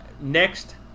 Next